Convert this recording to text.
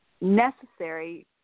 necessary